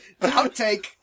Outtake